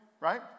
right